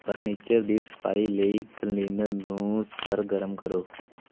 furniture ਦੀ ਸਫਾਈ ਲਈ ਕਲੀਨਰ ਨੂੰ ਸਰਗਰਮ ਕਰੋ